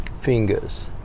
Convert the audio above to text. fingers